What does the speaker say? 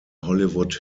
hollywood